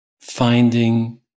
finding